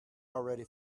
already